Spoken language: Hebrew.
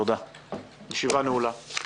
תודה רבה,